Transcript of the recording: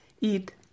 eat